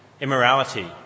immorality